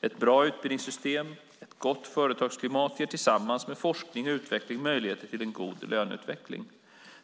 Ett bra utbildningssystem och ett gott företagsklimat ger tillsammans med forskning och utveckling möjligheter till en god löneutveckling.